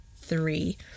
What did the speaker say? three